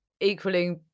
equally